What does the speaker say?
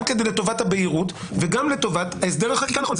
גם לטובת הבהירות וגם לטובת הסדר החקיקה הנכון.